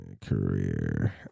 career